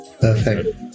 Perfect